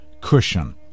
cushion